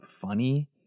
funny